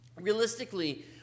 Realistically